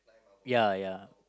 ya ya